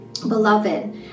Beloved